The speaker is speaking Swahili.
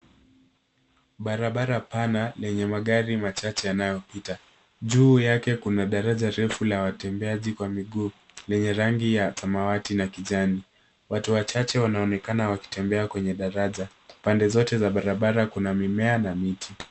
Barabara pana lenye magari machache yanayopita. Juu yake kuna daraja refu la watembeaji kwa miguu, lenye rangi ya samawati na kijani. Watu wachache wanaonekana wakitembea kwenye daraja. Pande zote za barabara kuna mimea na miti.